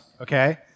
okay